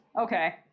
Okay